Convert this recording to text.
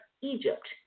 Egypt